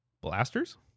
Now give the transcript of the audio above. Blasters